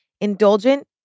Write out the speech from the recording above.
Indulgent